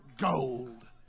gold